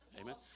Amen